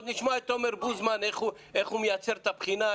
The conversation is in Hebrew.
עוד נשמע את תומר בוזמן איך הוא מייצר את הבחינה,